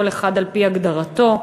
כל אחד על-פי הגדרתו.